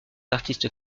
artistes